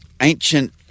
ancient